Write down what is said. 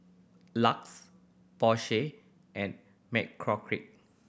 LUX Porsche and McCormick